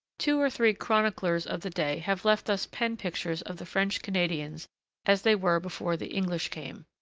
two or three chroniclers of the day have left us pen pictures of the french canadians as they were before the english came.